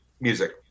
music